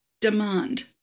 Demand